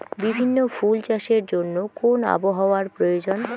বিভিন্ন ফুল চাষের জন্য কোন আবহাওয়ার প্রয়োজন?